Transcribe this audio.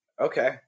Okay